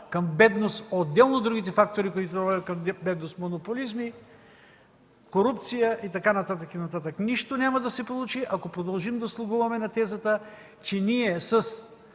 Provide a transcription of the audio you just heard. към бедност. Отделно другите фактори, които ни водят към бедност – монополизми, корупция и така нататък, и така нататък. Нищо няма да се получи, ако продължим да слугуваме на тезата, че ние